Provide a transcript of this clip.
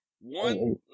One